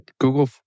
Google